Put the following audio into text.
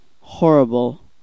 horrible